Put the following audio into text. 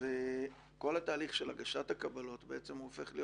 וכל התהליך של הגשת הקבלות בעצם הופך להיות